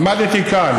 עמדתי כאן,